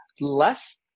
less